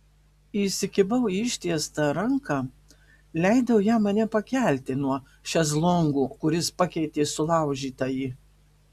įsikibau į ištiestą ranką leidau jam mane pakelti nuo šezlongo kuris pakeitė sulaužytąjį